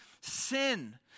sin